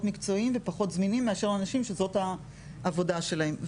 מקצועיים ופחות זמינים מאשר אנשים שזאת העבודה שלהם.